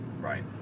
Right